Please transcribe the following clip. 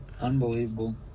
Unbelievable